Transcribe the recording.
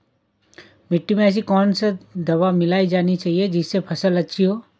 मिट्टी में ऐसी कौन सी दवा मिलाई जानी चाहिए जिससे फसल अच्छी हो?